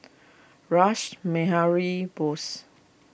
Rash Behari Bose